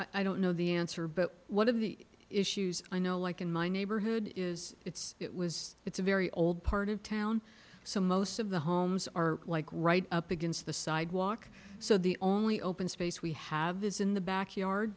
don't i don't know the answer but one of the issues i know like in my neighborhood is it's it was it's a very old part of town so most of the homes are like right up against the sidewalk so the only open space we have is in the backyard